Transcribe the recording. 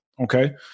Okay